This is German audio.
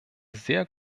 sehr